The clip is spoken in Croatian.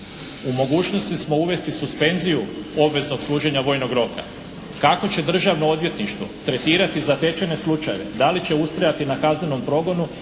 U mogućnosti smo uvesti suspenziju obveznog služenja vojnog roka. Kako će Državno odvjetništvo tretirati zatečene slučajeve, da li će ustrajati na kaznenom progonu,